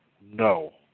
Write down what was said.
no